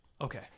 Okay